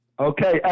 Okay